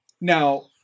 Now